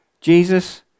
Jesus